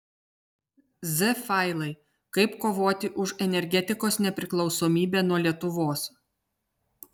z failai kaip kovoti už energetikos nepriklausomybę nuo lietuvos